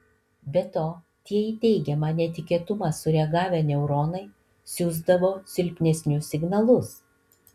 be to tie į teigiamą netikėtumą sureagavę neuronai siųsdavo silpnesnius signalus